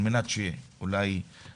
על מנת שאולי אתה,